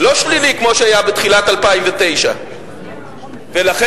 לא שלילית כמו שהיה בתחילת 2009. ולכן,